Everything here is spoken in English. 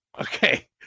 Okay